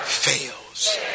Fails